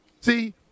See